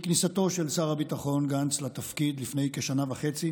מכניסתו של שר הביטחון גנץ לתפקיד לפני כשנתיים וחצי